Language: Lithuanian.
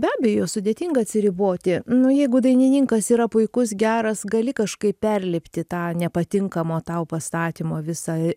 be abejo sudėtinga atsiriboti nu jeigu dainininkas yra puikus geras gali kažkaip perlipti tą nepatinkamo tau pastatymo visą